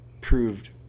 proved